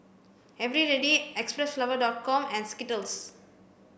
Eveready Xpressflower com and Skittles